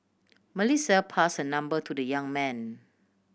Melissa pass her number to the young man